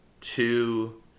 two